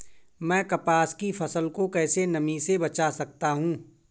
मैं कपास की फसल को कैसे नमी से बचा सकता हूँ?